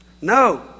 No